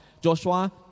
Joshua